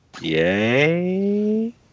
Yay